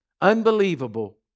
unbelievable